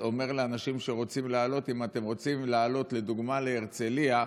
כיוון שחבר הכנסת ארבל שואל אותי למה בין המצרים,